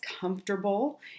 comfortable